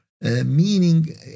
meaning